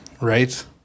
Right